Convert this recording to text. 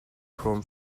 chrome